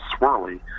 swirly